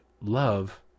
love